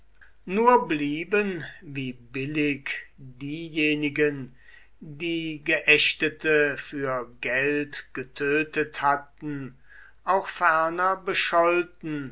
nur blieben wie billig diejenigen die geächtete für geld getötet hatten auch ferner bescholten